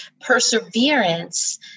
perseverance